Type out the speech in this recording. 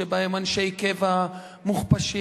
שבה אנשי קבע מוכפשים.